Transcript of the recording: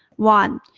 one.